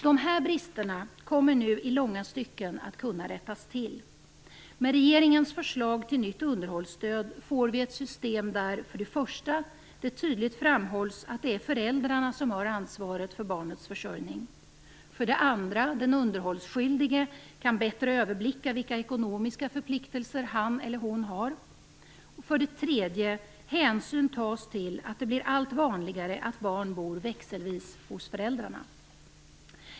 Dessa brister kommer nu i långa stycken att kunna rättas till. Med regeringens förslag till nytt underhållssystem får vi ett system där det för det första tydligt framhålls att det är föräldrarna som har ansvaret för barnets försörjning, där den underhållsskyldige för det andra bättre kan överblicka vilka ekonomiska förpliktelser han eller hon har, och där det för det tredje tas hänsyn till att det blir allt vanligare att barn bor växelvis hos föräldrarna.